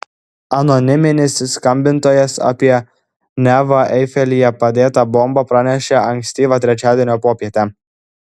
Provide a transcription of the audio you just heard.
anoniminis skambintojas apie neva eifelyje padėtą bombą pranešė ankstyvą trečiadienio popietę